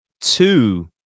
two